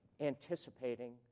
anticipating